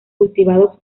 cultivados